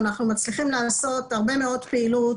אנחנו מצליחים לעשות הרבה מאוד פעילות